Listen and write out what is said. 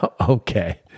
Okay